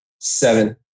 seven